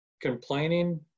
Complaining